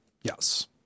Yes